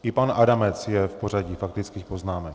I pan Adamec je v pořadí faktických poznámek.